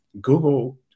google